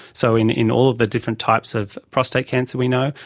so in in all of the different types of prostate cancer we know.